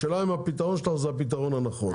השאלה אם הפתרון שלך הוא הפתרון הנכון,